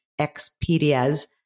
Expedias